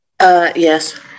Yes